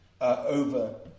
over